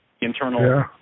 internal